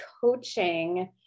coaching